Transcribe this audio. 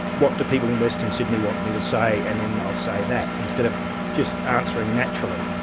what do people in western sydney want me to say, and then they'll say that, instead of just answering naturally.